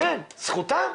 כן זכותם.